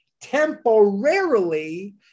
temporarily